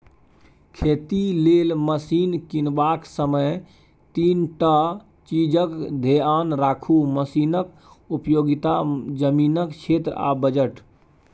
खेती लेल मशीन कीनबाक समय तीनटा चीजकेँ धेआन राखु मशीनक उपयोगिता, जमीनक क्षेत्र आ बजट